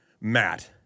Matt